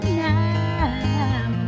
now